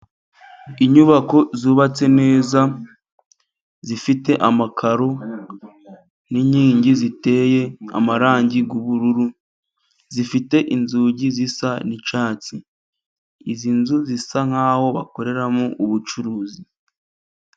Inyubako zubatse neza, zifite amakaro, n'inkingi ziteye amarangi y'ubururu, zifite inzugi zisa n'icyatsi, izi nzu zisa nk'aho bakoreramo ubucuruzi.